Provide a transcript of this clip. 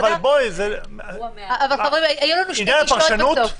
עניין הפרשנות,